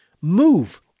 move